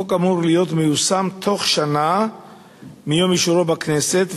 החוק אמור להיות מיושם תוך שנה מיום אישורו בכנסת,